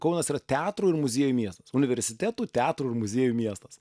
kaunas yra teatrų ir muziejų miestas universitetų teatrų muziejų miestas